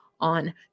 on